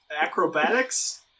Acrobatics